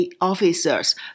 officers